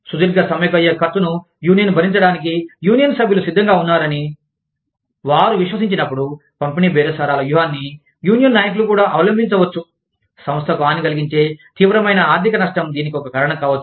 సుదీర్ఘ సమ్మెకు అయ్యే ఖర్చును భరించడానికి యూనియన్ సభ్యులు సిద్ధంగా ఉన్నారు అని వారు విశ్వసించినప్పుడు పంపిణీ బేరసారాల వ్యూహాన్ని యూనియన్ నాయకులు కూడా అవలంబించవచ్చు సంస్థకు హాని కలిగించే తీవ్రమైన ఆర్థిక నష్టం దీనికి ఒక కారణం కావచ్చు